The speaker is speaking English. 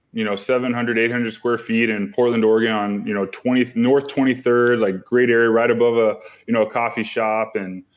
you know seven hundred eight hundred square feet in portland, oregon you know on north twenty third, like great area. right above ah you know a coffee shop. and